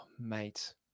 mate